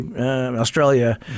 Australia